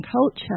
culture